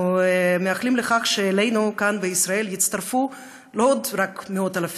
אנחנו מייחלים לכך שאלינו כאן בישראל יצטרפו לא רק מאות אלפים,